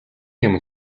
юманд